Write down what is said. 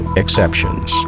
exceptions